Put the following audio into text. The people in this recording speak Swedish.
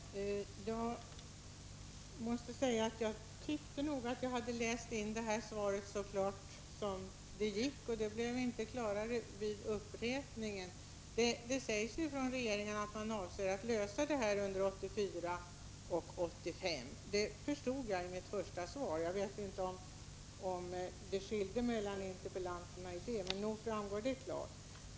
Herr talman! Jag måste säga att jag nog tycker att jag läste svaret så klart som det gick, och det blev inte klarare vid en upprepning. Det sägs ju att man från regeringen avser att lösa frågan under 1984 och 1985 — det förstod jag från början. Jag vet inte om det var någon skillnad mellan interpellanterna på den här punkten, men nog framgick detta klart.